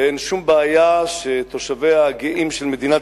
ואין שום בעיה שתושביה הגאים של מדינת